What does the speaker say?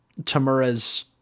tamura's